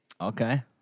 okay